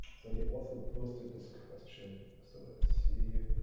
so the author posted this question sort of see.